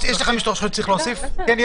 שצריך להחריג אותם.